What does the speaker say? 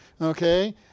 Okay